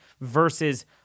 versus